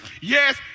Yes